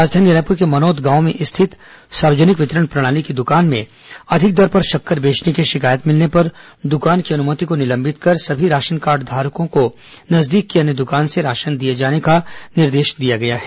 राजधानी रायपुर के मनौद गांव में स्थित सार्वजनिक वितरण प्रणाली की दुकान में अधिक दर पर शक्कर बेचने की शिकायत पर दुकान की अनुमति को निलंबित कर समी राशन कार्डधारियों को नजदीक की अन्य दुकान से राशन दिए जाने का निर्देश दिया गया है